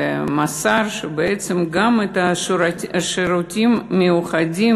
ומסר שבעצם גם את השירותים המיוחדים